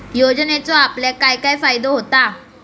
योजनेचो आपल्याक काय काय फायदो होता?